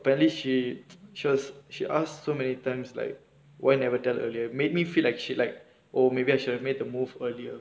apparently she she was she asked so many times like why you never tell earlier made me feel like she like oh maybe I should have made the move earlier